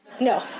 No